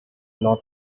not